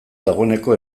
dagoeneko